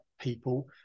people